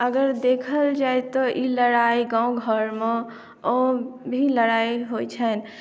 अगर देखल जाइ तऽ ई लड़ाइ गांव घरम ओ भी लड़ाई होइत छै